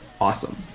awesome